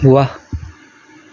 वाह